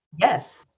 Yes